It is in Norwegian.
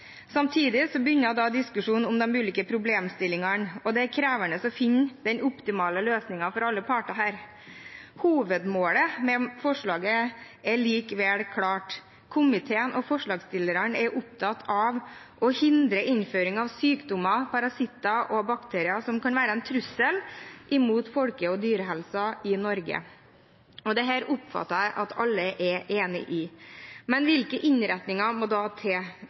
Samtidig begynner diskusjonen om de ulike problemstillingene, og det er krevende å finne den optimale løsningen for alle parter her. Hovedmålet med forslaget er likevel klart: Komiteen og forslagsstillerne er opptatt av å hindre innføring av sykdommer, parasitter og bakterier som kan være en trussel mot folkehelsen og dyrehelsen i Norge. Dette oppfatter jeg at alle er enige om. Men hvilke innretninger må da til?